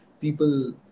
people